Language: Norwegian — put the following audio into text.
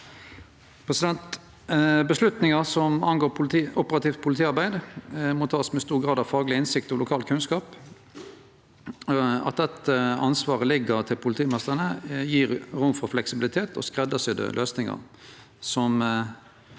Avgjerder som angår operativt politiarbeid, må takast med stor grad av fagleg innsikt og lokal kunnskap. At dette ansvaret ligg til politimeistrane, gjev rom for fleksibilitet og skreddarsydde løysingar